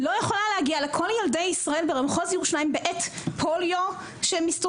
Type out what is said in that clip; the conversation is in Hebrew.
לא יכולה להגיע לכל ילדי ישראל במחוז ירושלים בעת פוליו שמסתובב,